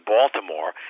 Baltimore